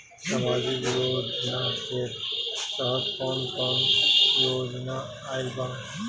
सामाजिक योजना के तहत कवन कवन योजना आइल बा?